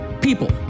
People